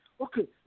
Okay